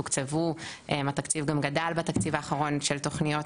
תוקצבו והתקציב גם גדל בתקציב האחרון של תוכניות,